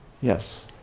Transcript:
yes